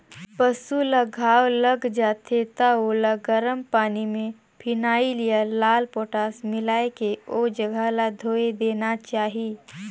पसु ल घांव लग जाथे त ओला गरम पानी में फिनाइल या लाल पोटास मिलायके ओ जघा ल धोय देना चाही